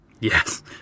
Yes